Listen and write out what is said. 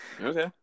Okay